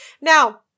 Now